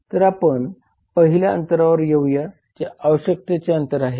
तर आपण पहिल्या अंतरावर येऊया जे आवश्यकतेचे अंतर आहे